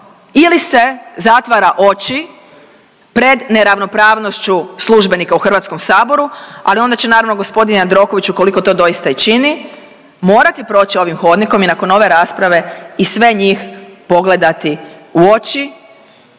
ili se zatvara oči pred neravnopravnošću službenika u HS-u, ali onda će naravno g. Jandroković ukoliko to doista i čini morati proći ovim hodnikom i nakon ove rasprave i sve njih pogledati u oči,